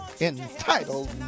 entitled